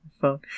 phone